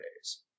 days